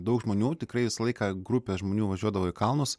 daug žmonių tikrai visą laiką grupė žmonių važiuodavo į kalnus